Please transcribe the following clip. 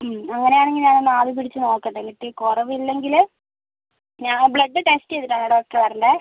മ് അങ്ങനെ ആണെങ്കിൽ ഞാൻ ഒന്ന് ആവി പിടിച്ച് നോക്കട്ടെ എന്നിട്ട് കുറവ് ഇല്ലെങ്കിൽ ഞാൻ ബ്ലഡ് ടെസ്റ്റ് ചെയ്തിട്ടാണോ ഡോക്ടറേ വരേണ്ടത്